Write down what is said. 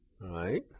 right